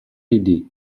idée